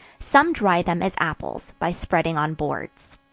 some dry them, as apples, by spreading on boards.